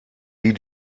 wie